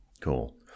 Cool